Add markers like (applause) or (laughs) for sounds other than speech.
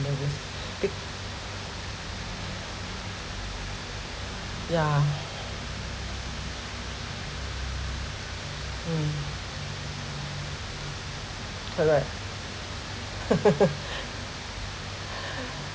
with (breath) be~ ya mm correct (laughs) (breath)